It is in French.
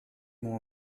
mont